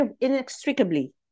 inextricably